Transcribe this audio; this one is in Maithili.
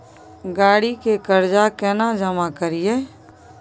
गाड़ी के कर्जा केना जमा करिए?